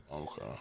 Okay